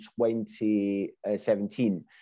2017